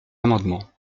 amendement